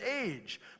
age